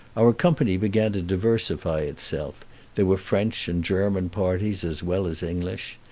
our company began to diversify itself there were french and german parties as well as english.